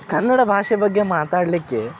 ಕನ್ನಡ ಭಾಷೆ ಬಗ್ಗೆ ಮಾತಾಡಲಿಕ್ಕೆ